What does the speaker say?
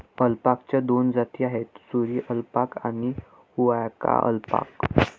अल्पाकाच्या दोन जाती आहेत, सुरी अल्पाका आणि हुआकाया अल्पाका